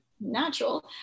natural